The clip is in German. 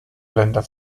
länder